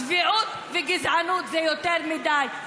צביעות וגזענות זה יותר מדי.